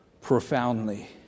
profoundly